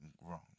wrong